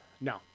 No